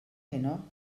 heno